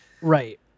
right